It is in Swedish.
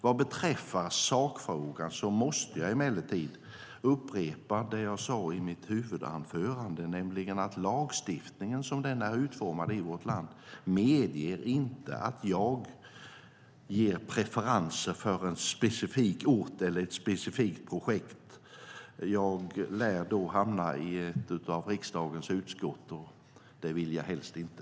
Vad beträffar sakfrågan måste jag emellertid upprepa det jag sade i mitt första inlägg, nämligen att lagstiftningen, som den är utformad i vårt land, inte medger att jag ger preferenser för en specifik ort eller ett specifikt projekt. I så fall lär jag hamna hos ett av riksdagens utskott, och det vill jag helst inte.